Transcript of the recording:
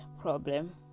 problem